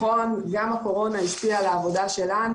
הקורונה השפיעה גם על העבודה שלנו,